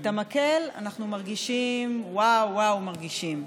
את המקל אנחנו מרגישים, וואו, וואו, מרגישים.